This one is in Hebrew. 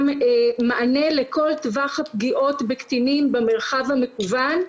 מענה לכל טווח הפגיעות בקטינים במרחב המקוון,